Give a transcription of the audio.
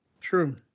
true